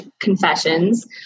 Confessions